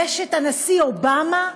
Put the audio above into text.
יש הנשיא אובמה,